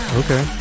okay